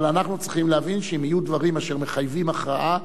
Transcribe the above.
אבל אנחנו צריכים להבין שאם יהיו דברים אשר מחייבים הכרעה,